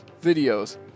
videos